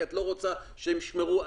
כי את לא רוצה שהם ישמרו.